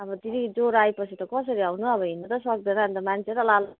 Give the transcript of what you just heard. अब दिदी ज्वरो आएपछि त कसरी आउनु हौ अब हिँड्नु त सक्दैन अन्त मान्छे त ल्यालक